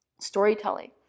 storytelling